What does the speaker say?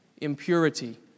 impurity